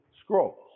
scrolls